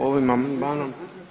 Ovim amandmanom…